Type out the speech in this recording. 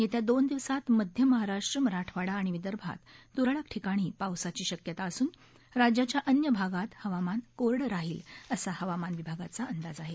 येत्या दोन दिवसांत मध्य महाराष्ट्र मराठवाडा आणि विदर्भात त्रळक ठिकाणी पावसाची शक्यता असून राज्याच्या अन्य भागात हवामान कोरडं राहील असा हवामान विभागाचा अंदाज आहे